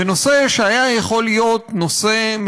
ונושא שהיה יכול להיות משותף